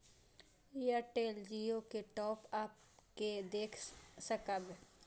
Airtel Jio के top up के देख सकब?